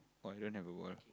oh you don't have a ball